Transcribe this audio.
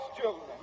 children